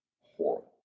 horrible